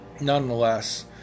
Nonetheless